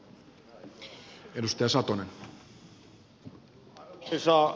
arvoisa puhemies